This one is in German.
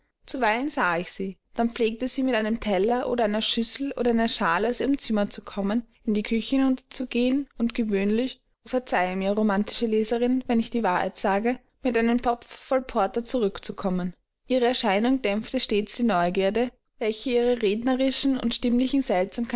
zuweilen sah ich sie dann pflegte sie mit einem teller oder einer schüssel oder einer schale aus ihrem zimmer zu kommen in die küche hinterzugehen und gewöhnlich o verzeihe mir romantische leserin wenn ich die wahrheit sage mit einem topf voll porter zurückzukommen ihre erscheinung dämpfte stets die neugierde welche ihre rednerischen und stimmlichen